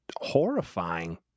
horrifying